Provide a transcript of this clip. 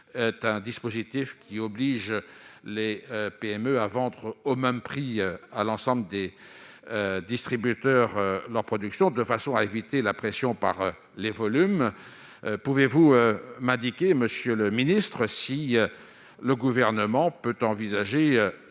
est un dispositif qui oblige les PME à vendre au même prix à l'ensemble des distributeurs, la production de façon à éviter la pression par les volumes, pouvez-vous m'indiquer monsieur le ministre, si le gouvernement peut envisager